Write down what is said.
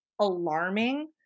alarming